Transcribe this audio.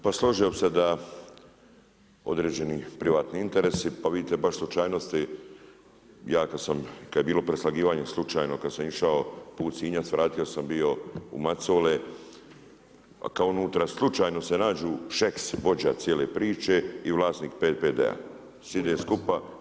Pa složio bih se da određeni privatni interesi pa vidite baš slučajnosti, ja kada je bilo preslagivanje slučajno kad sam išao put Sinja, svratio sam bio u Macole, kad unutra slučajno se nađu Šeks vođa cijele priče i vlasnik PPD-a sijede skupa.